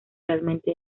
realmente